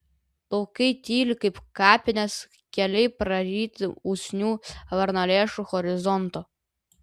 laukai tyli kaip kapinės keliai praryti usnių varnalėšų horizonto